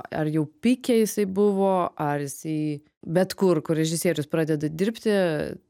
ar jau pike jisai buvo ar jisai bet kur kur režisierius pradeda dirbti